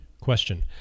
Question